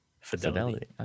Fidelity